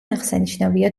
აღსანიშნავია